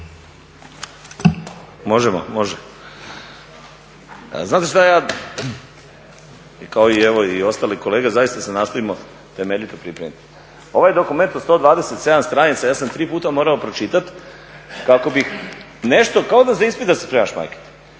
Dinko (HDSSB)** Znate šta ja kao i ostali kolege zaista se nastojimo temeljito pripremiti. Ovaj dokument od 127 stranica ja sam tri puta morao pročitati kako bi nešto, kao da se za ispit spremaš, da